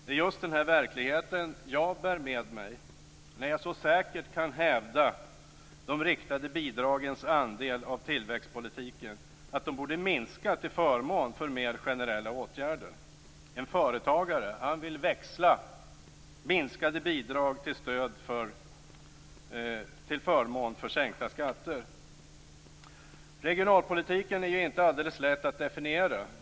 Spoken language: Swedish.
Det är just den här verkligheten jag bär med mig när jag så säkert kan hävda att de riktade bidragens andel av tillväxtpolitiken borde minska till förmån för mer generella åtgärder. En företagare vill växla minskade bidrag till förmån för sänkta skatter. Regionalpolitiken är ju inte alldeles lätt att definiera.